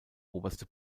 oberste